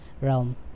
realm